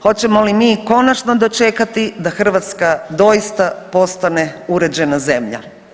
Hoćemo li mi konačno dočekati da Hrvatska doista postane uređena zemlja.